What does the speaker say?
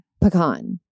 Pecan